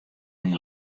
myn